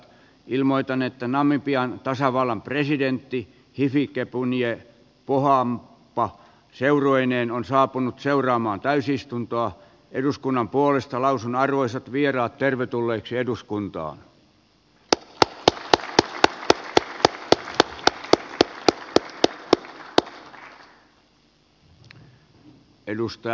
ilmoitan että namibian tasavallan presidentti kiri kepun ja ecolam palaa seurueineen on saapunut seuraamaan täysistuntoon eduskunnan puolesta valtiovarainministeri ovat nämä esitykset tähän tuoneet